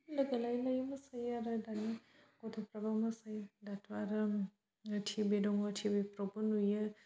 लोगो लायै लायै मोसायो आरो दानि गथ'फ्राबो मोसाोय दाथ' आरो टि भि दङ टिभिफ्रावबो नुयो